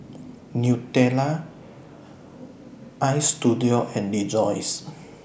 Nutella Istudio and Rejoice